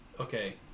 okay